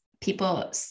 people